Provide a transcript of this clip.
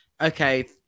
okay